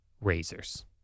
razors